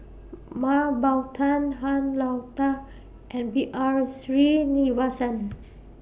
Mah Bow Tan Han Lao DA and B R Sreenivasan